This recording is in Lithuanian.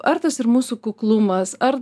ar tas ir mūsų kuklumas ar